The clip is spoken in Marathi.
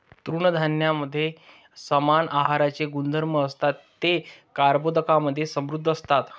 तृणधान्यांमध्ये समान आहाराचे गुणधर्म असतात, ते कर्बोदकांमधे समृद्ध असतात